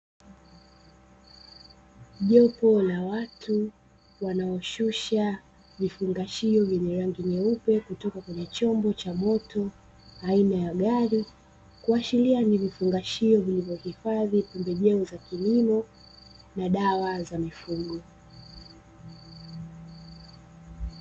Jopo la watu wanaoshusha vifungashio vyenye rangi nyeupe kutoka kwenye chombo cha moto aina ya gari, kuashiria ni vifungashio vilivyohifadhi pembejeo za kilimo na dawa za mifugo